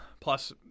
plus